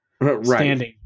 right